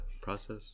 process